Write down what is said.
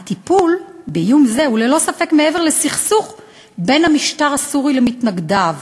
הטיפול באיום זה הוא ללא ספק מעבר לסכסוך בין המשטר הסורי למתנגדיו.